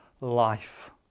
life